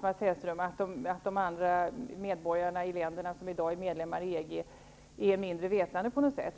Mats Hellström, inte sagt att medborgarna i de länder som i dag är medlemmar i EG är mindre vetande.